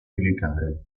militare